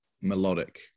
Melodic